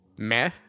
Meh